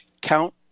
count